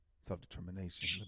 self-determination